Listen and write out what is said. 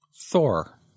Thor